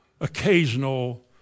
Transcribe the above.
occasional